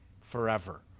forever